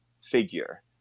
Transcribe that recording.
figure